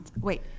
Wait